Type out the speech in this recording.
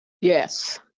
Yes